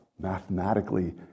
mathematically